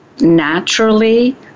naturally